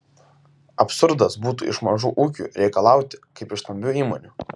absurdas būtų iš mažų ūkių reikalauti kaip iš stambių įmonių